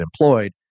employed